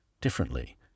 differently